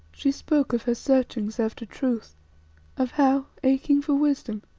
she spoke of her searchings after truth of how, aching for wisdom,